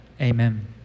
Amen